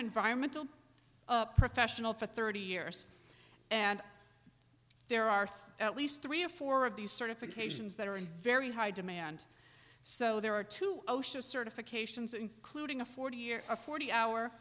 environmental professional for thirty years and there are at least three or four of these certifications that are in very high demand so there are two osha certifications including a forty year a forty hour